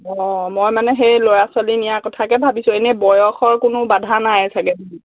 অঁ মই মানে সেই ল'ৰা ছোৱালী নিয়াৰ কথাকে ভাবিছোঁ এনেই বয়সৰ কোনো বাধা নাই চাগে